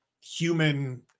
human